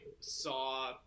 Saw